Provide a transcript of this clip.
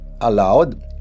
allowed